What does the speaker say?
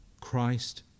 Christ